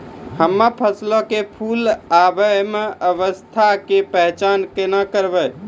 हम्मे फसलो मे फूल आबै के अवस्था के पहचान केना करबै?